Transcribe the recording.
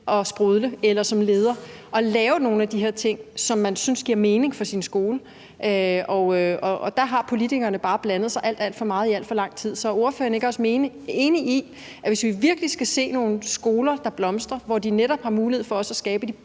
at sprudle og lave nogle af de her ting, som man synes giver mening for sin skole. Og der har politikerne bare blandet sig alt, alt for meget i alt for lang tid. Så er ordføreren ikke også enig i, at hvis vi virkelig skal se nogle skoler, der blomstrer, og hvor de netop også har mulighed for at skabe